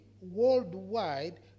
worldwide